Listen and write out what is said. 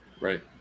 Right